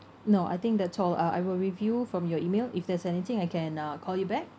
no I think that's all uh I will review from your email if there's anything I can uh call you back